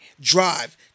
drive